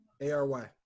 A-R-Y